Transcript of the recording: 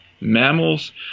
mammals